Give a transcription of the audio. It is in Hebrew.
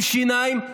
עם שיניים,